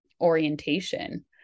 orientation